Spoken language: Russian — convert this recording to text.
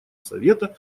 совета